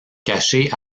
caché